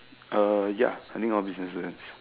ya I think all business will have